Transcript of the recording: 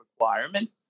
requirement